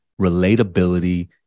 relatability